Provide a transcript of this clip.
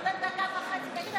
נותן דקה וחצי.